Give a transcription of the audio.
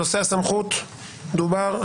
נושא הסמכות דובר.